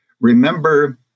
Remember